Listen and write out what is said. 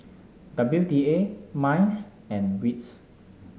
W D A MICE and WITS